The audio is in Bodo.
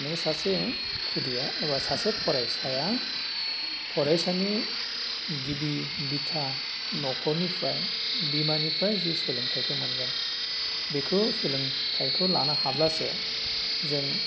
नों सासे खुदिया सासे फरायसाया फरायसानि गिबि बिथा नखरनिफ्राय बिमानिफ्राय जे सोलोंथाइखौ मोनगोन बेखौ सोलोंथाइखौ लानो हाब्लासो जों